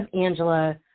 Angela